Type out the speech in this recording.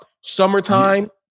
Summertime